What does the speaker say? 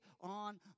on